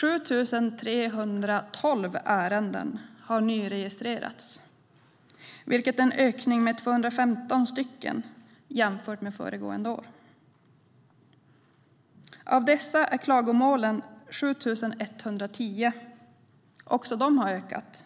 7 312 ärenden har nyregistrerats, vilket är en ökning med 215 jämfört med föregående år. Av dessa är klagomålen 7 110. Också de har ökat,